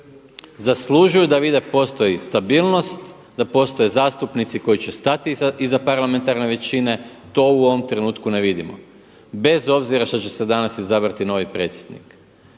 Zaslužuju da vide da postoji stabilnost, da postoje zastupnici koji će stati iz parlamentarne većine, to u ovom trenutku ne vidimo bez obzira što će se danas izabrati novi predsjednik.